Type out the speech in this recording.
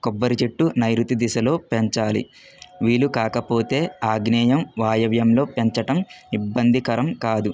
కొబ్బరి చెట్టు నైరుతి దిశలో పెంచాలి వీలు కాకపోతే ఆగ్నేయం వాయవ్యంలో పెంచటం ఇబ్బందికరం కాదు